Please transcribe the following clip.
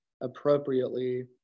appropriately